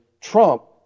Trump